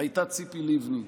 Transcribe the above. הייתה ציפי לבני,